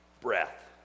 breath